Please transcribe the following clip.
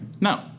No